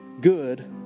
good